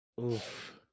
Oof